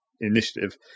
Initiative